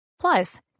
Plus